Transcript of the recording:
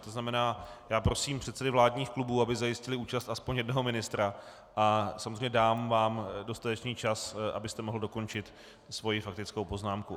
To znamená, prosím předsedy vládních klubů, aby zajistili účast aspoň jednoho ministra, a samozřejmě dám vám dostatečný čas, abyste mohl dokončit svou faktickou poznámku.